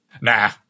Nah